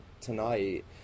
tonight